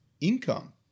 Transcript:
Income